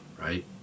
right